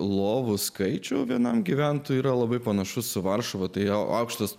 lovų skaičių vienam gyventojui yra labai panašus į varšuvą tai aukštas